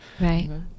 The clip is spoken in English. Right